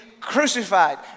crucified